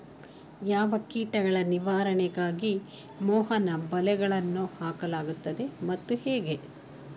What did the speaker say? ಯಾವ ಕೀಟಗಳ ನಿವಾರಣೆಗಾಗಿ ಮೋಹನ ಬಲೆಗಳನ್ನು ಹಾಕಲಾಗುತ್ತದೆ ಮತ್ತು ಹೇಗೆ?